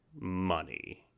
money